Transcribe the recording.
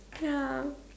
ya